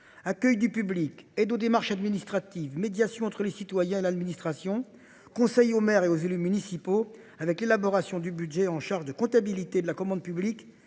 accueil du public et de démarches administratives médiation entre les citoyens et l'administration conseille aux maires et aux élus municipaux avec l'élaboration du budget en charge de comptabilité, de la commande publique